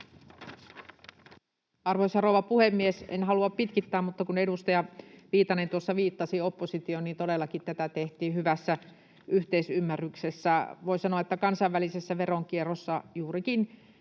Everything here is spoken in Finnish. Arvoisa rouva puhemies! En halua pitkittää, mutta kun edustaja Viitanen tuossa viittasi oppositioon, niin todellakin tätä tehtiin hyvässä yhteisymmärryksessä. Voi sanoa, että kansainvälisessä veronkierrossa juurikin